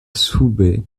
sube